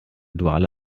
duale